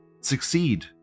succeed